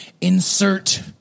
insert